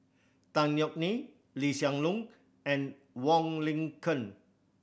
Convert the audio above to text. Tan Yeok Nee Lee Hsien Loong and Wong Lin Ken